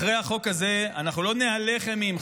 אחרי החוק הזה אנחנו לא נהלך אימים,